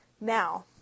now